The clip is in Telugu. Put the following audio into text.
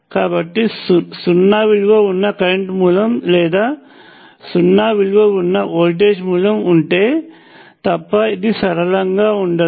కాబట్టి సున్నా విలువ ఉన్న కరెంట్ మూలం లేదా సున్నా విలువ ఉన్న వోల్టేజ్ మూలం ఉంటే తప్ప ఇది సరళంగా ఉండదు